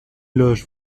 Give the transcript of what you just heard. loge